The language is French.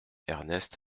ernest